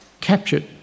captured